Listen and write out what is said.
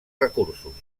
recursos